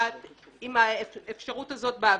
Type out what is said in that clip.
וואוו,